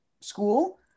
school